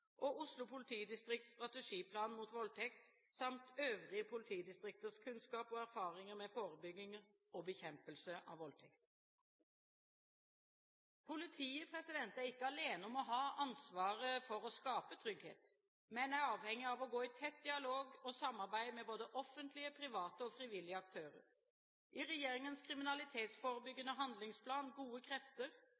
og Oslo politidistriktsstrategiplan mot voldtekt samt øvrige politidistrikters kunnskap og erfaringer med forebygging og bekjempelse av voldtekt. Politiet er ikke alene om å ha ansvaret for å skape trygghet, men er avhengig av å inngå tett dialog og samarbeid med både offentlige, private og frivillige aktører. I regjeringens